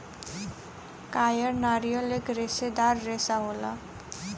कायर नारियल एक रेसेदार रेसा होला